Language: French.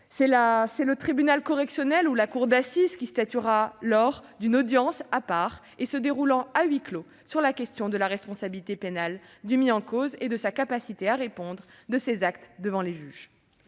C'est le tribunal correctionnel ou la cour d'assises qui statuera, lors d'une audience à part et se déroulant à huis clos, sur la question de la responsabilité pénale du mis en cause et de sa capacité à répondre de ses actes devant les juges.